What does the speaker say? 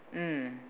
mm